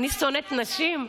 אני שונאת נשים?